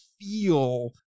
feel